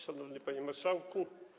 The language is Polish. Szanowny Panie Marszałku!